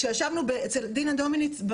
כשישבנו במשרדה של דינה דומיניץ,